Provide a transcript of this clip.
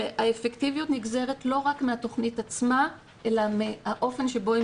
שהאפקטיביות נגזרת לא רק מהתכנית עצמה אלא מהאופן שבו היא